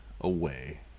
away